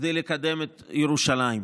כדי לקדם את ירושלים.